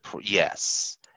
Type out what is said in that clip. Yes